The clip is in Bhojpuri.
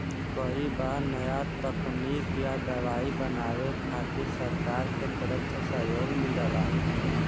कई बार नया तकनीक या दवाई बनावे खातिर सरकार के तरफ से सहयोग मिलला